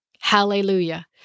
Hallelujah